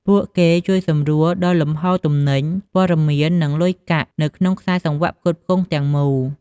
ពួកគេជួយសម្រួលដល់លំហូរទំនិញ ព័ត៌មាន និងលុយកាក់នៅក្នុងខ្សែសង្វាក់ផ្គត់ផ្គង់ទាំងមូល។